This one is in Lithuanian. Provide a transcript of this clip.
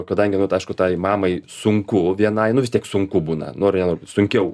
kadangi nu tai aišku tai mamai sunku vienai nu vis tiek sunku būna nori nenori sunkiau